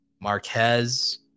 Marquez